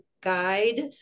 guide